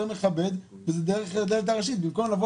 יותר מכבד וזה דרך הדלת הראשית במקום לבוא